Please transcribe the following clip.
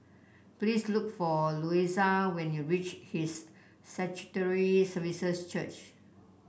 please look for Louisa when you reach His Sanctuary Services Church